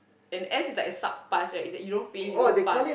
and S is like a sub pass right is like you don't fail you don't pass